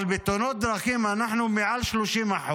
בתאונות דרכים אנחנו מעל 30%,